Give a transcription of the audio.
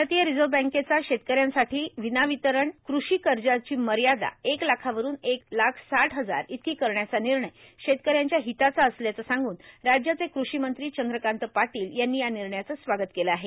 भारतीय र् रिझव्ह बँकेचा शेतकऱ्यांसाठा र्वनातारण कृषी कजाची मयादा एक लाखावरून एक लाख साठ हजार इतकां करण्याचा र्विनणय शेतकऱ्यांच्या र्हिताचा असल्याचं सांगून राज्याचे कृषी मंत्री चंद्रकांत पार्टोल यांनी या र्निणयाचं स्वागत केलं आहे